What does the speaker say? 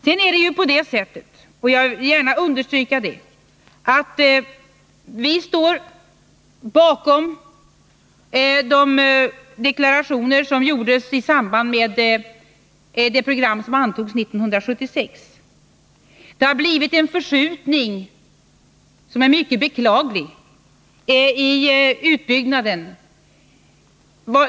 Sedan är det ju på det sättet — och det vill jag gärna understryka — att vi står bakom de deklarationer som gjordes i samband med det program som antogs 1976. Det har blivit en förskjutning — som är mycket beklaglig — i utbyggnaden.